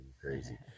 crazy